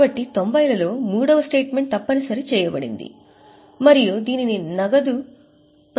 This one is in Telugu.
కాబట్టి 90 లలో మూడవ స్టేట్మెంట్ తప్పనిసరి చేయబడింది మరియు దీనిని నగదు ప్రవాహ ప్రకటన అంటారు